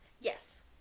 Yes